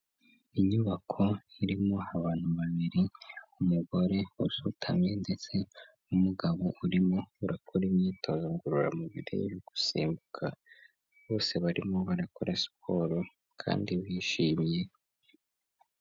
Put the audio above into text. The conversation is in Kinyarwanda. Inyubako irimo abantu babiri, umugore usutamye ndetse n'umugabo urimo urakora imyitozo ngororamubiri yo gusimbuka. Bose barimo barakora siporo kandi bishimye.